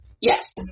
Yes